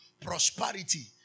prosperity